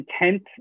intent